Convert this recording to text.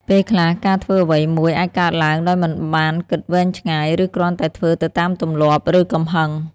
ពេលខ្លះ ការធ្វើអ្វីមួយអាចកើតឡើងដោយមិនបានគិតវែងឆ្ងាយ ឬគ្រាន់តែធ្វើទៅតាមទម្លាប់ ឬកំហឹង។